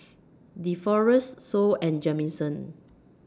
Deforest Sol and Jamison